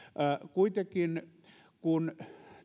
kun